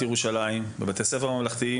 ירושלים רואים את המצב היום בבתי הספר הממלכתיים